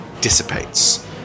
dissipates